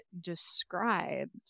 described